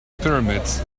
pyramids